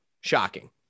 Shocking